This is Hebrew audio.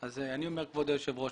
אני אומר כבוד היושב ראש